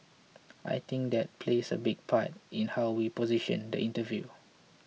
I think that plays a big part in how we position the interview